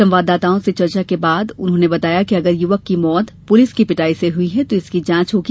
संवाददाताओं से चर्चा के दौरान उन्होंने कहा कि अगर युवक की मौत पुलिस की पिटाई से हुई है तो इसकी जांच होगी